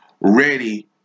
ready